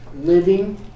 living